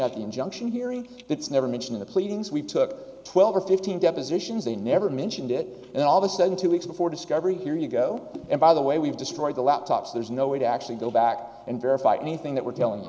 injunction hearing it's never mentioned the pleadings we took twelve or fifteen depositions they never mentioned it and all the sudden two weeks before discovery here you go and by the way we've destroyed the laptops there's no way to actually go back and verify anything that we're telling